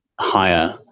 higher